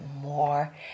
more